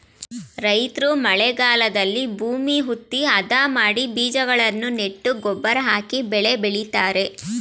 ರೈತ್ರು ಮಳೆಗಾಲದಲ್ಲಿ ಭೂಮಿ ಹುತ್ತಿ, ಅದ ಮಾಡಿ ಬೀಜಗಳನ್ನು ನೆಟ್ಟು ಗೊಬ್ಬರ ಹಾಕಿ ಬೆಳೆ ಬೆಳಿತರೆ